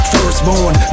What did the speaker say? Firstborn